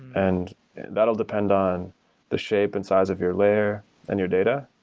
and that will depend on the shape and size of your layer and your data.